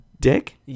dick